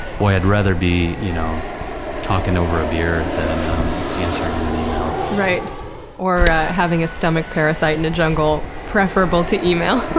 boy, i'd rather be you know talking over a beer than um answering and an email. or having a stomach parasite in a jungle preferable to email.